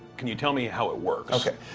can you tell me how it works? okay.